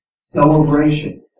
celebration